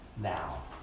now